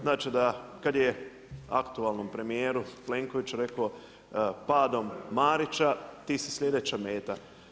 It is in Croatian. Znači, kada je aktualnom premjeru Plenkoviću rekao, padamo Marića, ti si sljedeća meta.